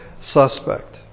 suspect